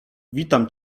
witam